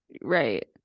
Right